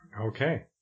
Okay